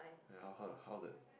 like how how how the